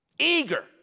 eager